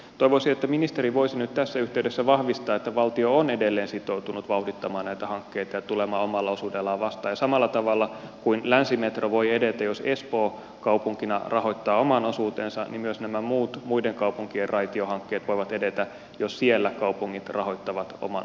toivoisin että ministeri voisi nyt tässä yhteydessä vahvistaa että valtio on edelleen sitoutunut vauhdittamaan näitä hankkeita ja tulemaan omalla osuudellaan vastaan ja samalla tavalla kuin länsimetro voi edetä jos espoo kaupunkina rahoittaa oman osuutensa niin myös nämä muut muiden kaupunkien raitiohankkeet voivat edetä jos siellä kaupungit rahoittavat oman osuutensa